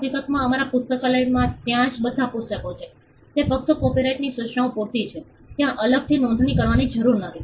હકીકતમાં અમારા પુસ્તકાલયમાં ત્યાં જે બધાં પુસ્તકો છે તે ફક્ત કોપિરાઇટની સૂચનાઓ પૂરતી છે ત્યાં અલગથી નોંધણી કરવાની જરૂર નથી